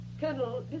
Colonel